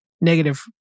negative